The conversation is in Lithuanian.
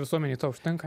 visuomenei to užtenka